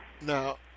Now